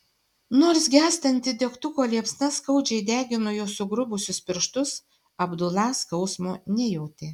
nors gęstanti degtuko liepsna skaudžiai degino jo sugrubusius pirštus abdula skausmo nejautė